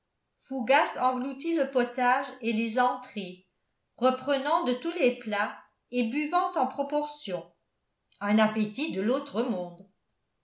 fougas engloutit le potage et les entrées reprenant de tous les plats et buvant en proportion un appétit de l'autre monde